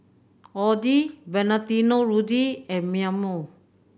Audi Valentino Rudy and Mimeo